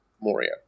Moria